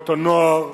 בתנועות הנוער,